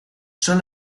son